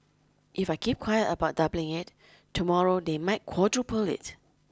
if I keep quiet about doubling it tomorrow they might quadruple it